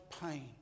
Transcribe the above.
pain